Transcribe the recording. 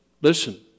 listen